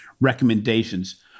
recommendations